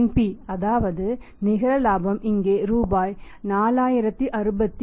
NP அதாவது நிகர இலாபம் இங்கே ரூபாய் 4068